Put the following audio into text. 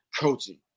coaching